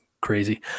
crazy